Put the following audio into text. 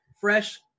fresh